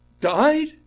died